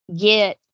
get